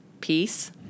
peace